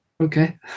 okay